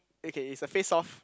okay is a face off